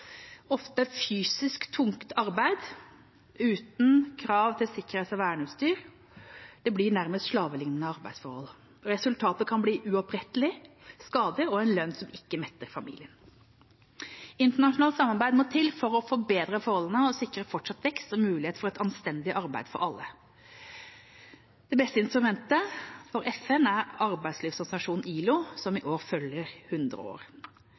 ofte av fysisk tungt arbeid uten krav til sikkerhets- og verneutstyr. Det blir nærmest slavelignende arbeidsforhold. Resultatet kan bli uopprettelige skader og en lønn som ikke metter familien. Internasjonalt samarbeid må til for å bedre forholdene og sikre fortsatt vekst og mulighet for et anstendig arbeidsliv for alle. Det beste instrumentet er FNs arbeidslivsorganisasjon ILO, som i år fyller 100 år.